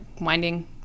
winding